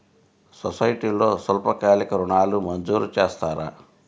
సొసైటీలో స్వల్పకాలిక ఋణాలు మంజూరు చేస్తారా?